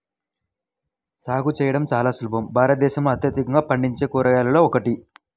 సాగు చేయడం చాలా సులభం భారతదేశంలో అత్యధికంగా పండించే కూరగాయలలో ఒకటి